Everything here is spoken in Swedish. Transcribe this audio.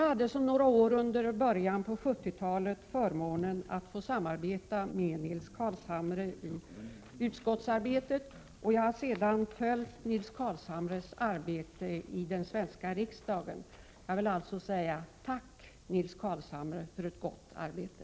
Under några år i början på 70-talet hade jag förmånen att få samarbeta med Nils Carlshamre i utskottsarbetet, och jag har sedan följt Nils Carlshamres arbete i den svenska riksdagen. Jag vill alltså säga tack, Nils Carlshamre, för ett gott arbete.